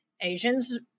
Asians